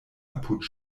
apud